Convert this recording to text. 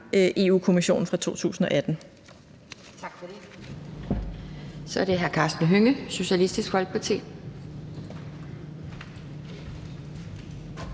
(Pia Kjærsgaard): Tak for det. Så er det hr. Karsten Hønge, Socialistisk Folkeparti.